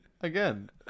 Again